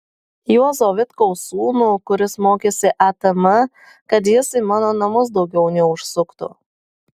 juozo vitkaus sūnų kuris mokėsi atm kad jis į mano namus daugiau neužsuktų